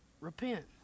Repent